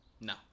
no